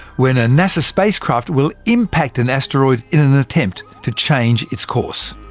when a nasa spacecraft will impact an asteroid in an attempt to change its course.